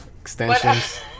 Extensions